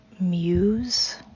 muse